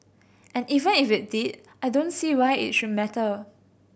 and even if it did I don't see why it should matter